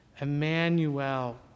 Emmanuel